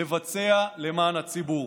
לבצע, למען הציבור.